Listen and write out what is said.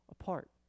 apart